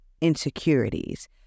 Insecurities